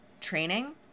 training